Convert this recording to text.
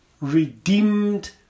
redeemed